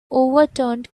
overturned